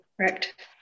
Correct